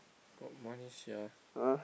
put money sia